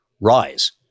rise